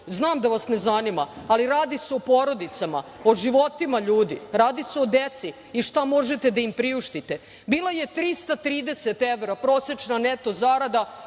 znam da vas ne zanima, ali radi se o porodicama, o životima ljudi, radi se o deci i šta možete da im priuštite, bila je 330 evra prosečna neto zarada